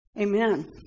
Amen